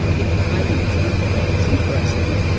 if you find an example that looks interesting,